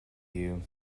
you